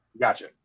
Gotcha